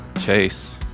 Chase